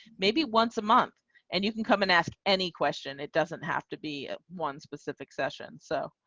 maybe once a month and you can come and ask any question. it doesn't have to be one specific session so